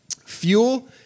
fuel